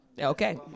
Okay